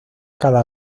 cada